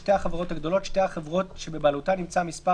"שתי החברות הגדולות" שתי החברות שבבעלותן נמצא המספר